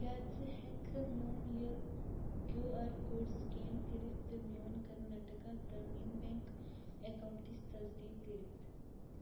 کیٛاہ ژٕ ہٮ۪کہٕ میون یہِ کیوٗ آر کوڈ سکین کٔرِتھ تہٕ میون کرناٹکا گرٛامیٖن بیٚنٛک اکاونٹٕچ تصدیٖق کٔرِتھ